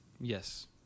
Yes